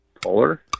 Polar